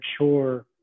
mature